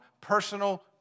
personal